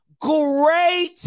great